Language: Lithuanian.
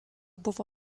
buvę